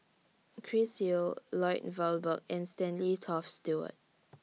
Chris Yeo Lloyd Valberg and Stanley Toft Stewart